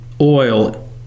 oil